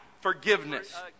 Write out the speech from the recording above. forgiveness